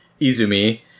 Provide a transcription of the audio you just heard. Izumi